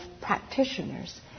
practitioners